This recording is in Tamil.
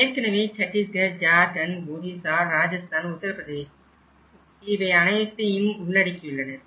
ஏற்கனவே சட்டீஸ்கர் ஜார்க்கண்ட் ஒரிசா ராஜஸ்தான் உத்திரபிரதேசம் இதை அனைத்தையும் உள்ளடக்கியுள்ளனர்